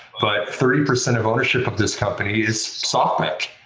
but thirty percent of ownership of this company is softbank,